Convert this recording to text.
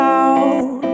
out